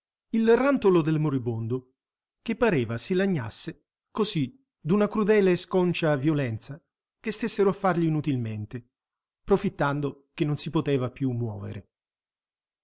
il rantolo del moribondo che pareva si lagnasse così d'una crudele e sconcia violenza che stessero a fargli inutilmente profittando che non si poteva più muovere